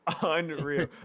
Unreal